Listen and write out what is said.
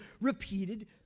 repeated